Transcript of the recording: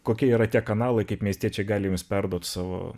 kokie yra tie kanalai kaip miestiečiai gali jums perduoti savo